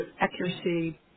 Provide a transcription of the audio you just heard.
accuracy